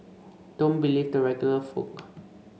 don't believe the regular folk